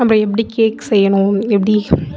நம்ப எப்படி கேக் செய்யணும் எப்படி